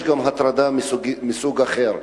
יש גם הטרדה מסוג אחר.